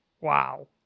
wow